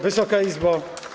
Wysoka Izbo!